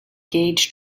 gauge